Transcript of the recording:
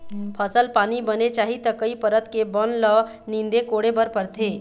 फसल पानी बने चाही त कई परत के बन ल नींदे कोड़े बर परथे